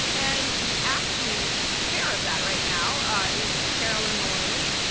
and the acting chair of that right now ah is carolyn maloney.